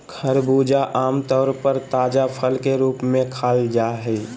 खरबूजा आम तौर पर ताजा फल के रूप में खाल जा हइ